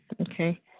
okay